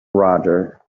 roger